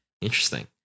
Interesting